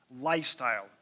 lifestyle